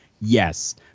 Yes